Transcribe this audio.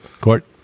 Court